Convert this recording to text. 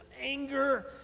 anger